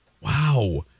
Wow